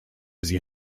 sie